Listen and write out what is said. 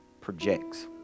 projects